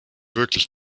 wirklich